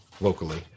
locally